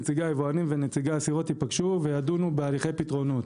נציגי היבואנים ונציגי הסירות ייפגשו וידונו בהליכי פתרונות.